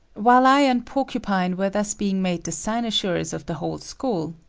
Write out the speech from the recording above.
while i and porcupine were thus being made the cynosures of the whole school,